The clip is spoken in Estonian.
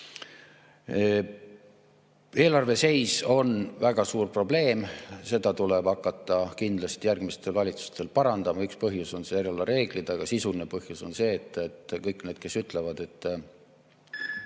Eelarve seis on väga suur probleem, seda tuleb hakata kindlasti järgmistel valitsustel parandama. Üks põhjus on euroala reeglid, aga sisuline põhjus on see, et kõik need, kes ütlevad, et